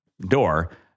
door